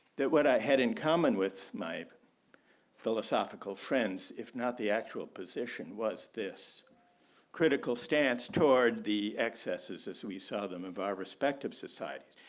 that what i had in common with my philosophical friends, if not the actual position was this critical stance toward the excesses as we saw them of our respective societies.